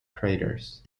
craters